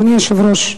אדוני היושב-ראש,